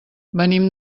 venim